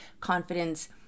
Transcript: confidence